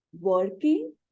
working